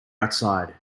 outside